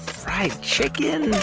fried chicken,